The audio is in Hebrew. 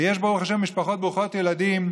ויש, ברוך השם, משפחות ברוכות ילדים,